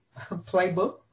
playbook